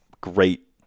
Great